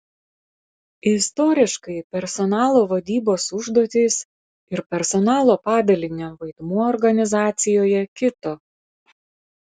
istoriškai personalo vadybos užduotys ir personalo padalinio vaidmuo organizacijoje kito